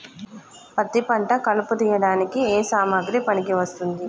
పత్తి పంట కలుపు తీయడానికి ఏ సామాగ్రి పనికి వస్తుంది?